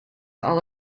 all